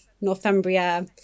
Northumbria